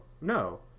No